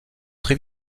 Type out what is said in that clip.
très